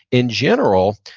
in general,